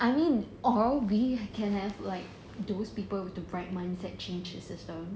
I mean or we can have like those people with the right mindset change the system